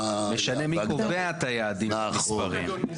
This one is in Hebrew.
משנה מי קובע את היעדים והמספרים.